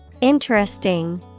Interesting